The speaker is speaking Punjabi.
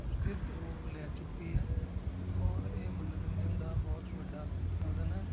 ਪ੍ਰਸਿੱਧ ਰੂਪ ਲੈ ਚੁੱਕੀ ਹੈ ਔਰ ਇਹ ਮਨੋਰੰਜਨ ਦਾ ਬਹੁਤ ਵੱਡਾ ਸਾਧਨ ਹੈ